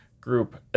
group